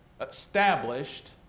established